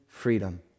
Freedom